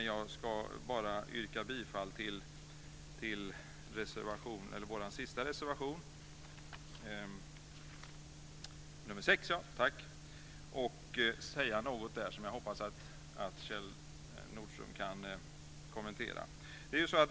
Jag ska bara yrka bifall till vår sista reservation, nr 6. Jag ska säga något om den som jag hoppas att Kjell Nordström kan kommentera.